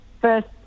first